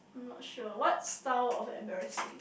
not sure what style of embarrassing